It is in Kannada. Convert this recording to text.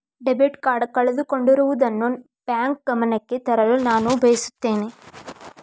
ಡೆಬಿಟ್ ಕಾರ್ಡ್ ಕಳೆದುಕೊಂಡಿರುವುದನ್ನು ಬ್ಯಾಂಕ್ ಗಮನಕ್ಕೆ ತರಲು ನಾನು ಬಯಸುತ್ತೇನೆ